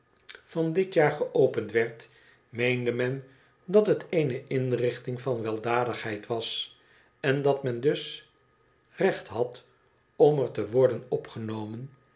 van dit jaargeopend werd meende men dat het eene inrichting van weldadigheid was en dat men dus recht had om er te worden opgenomen